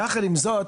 יחד עם זאת,